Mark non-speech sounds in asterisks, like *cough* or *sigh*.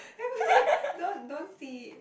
*noise* don't don't see